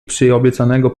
przyobiecanego